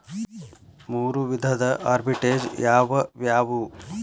ಮೂರು ವಿಧದ ಆರ್ಬಿಟ್ರೆಜ್ ಯಾವವ್ಯಾವು?